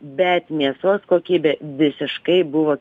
bet mėsos kokybė visiškai buvo